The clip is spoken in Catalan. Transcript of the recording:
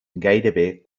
gairebé